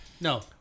no